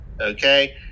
okay